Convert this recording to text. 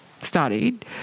studied